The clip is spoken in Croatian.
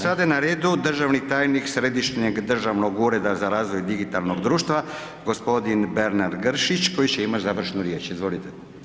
Sada je na redu državni tajnik Središnjeg državnog ureda za razvoj digitalnog društva g. Bernard Gršić koji će imati završnu riječ, izvolite.